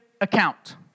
account